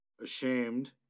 ashamed